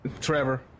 Trevor